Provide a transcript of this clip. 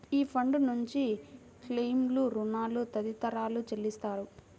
ఈ ఫండ్ నుంచి క్లెయిమ్లు, రుణాలు తదితరాలు చెల్లిస్తారు